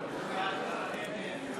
משרד האנרגיה והמים,